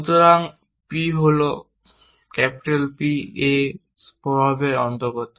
সুতরাং p হল একটি P হল a এর প্রভাবের অন্তর্গত